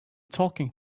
talking